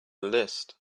list